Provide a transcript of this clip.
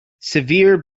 severe